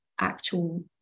actual